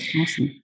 Awesome